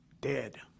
dead